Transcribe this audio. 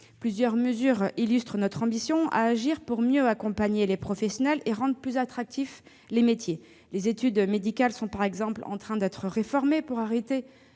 Plusieurs mesures illustrent notre ambition à agir pour mieux accompagner les professionnels et rendre les métiers plus attractifs. Les études médicales sont, par exemple, en train d'être réformées pour arrêter